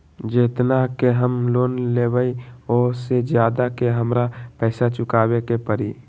जेतना के हम लोन लेबई ओ से ज्यादा के हमरा पैसा चुकाबे के परी?